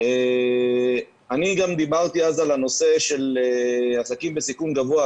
אני דיברתי על הנושא של עסקים בסיכון גבוה,